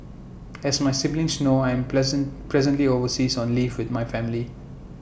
as my siblings known I am present presently overseas on leave with my family